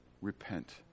repent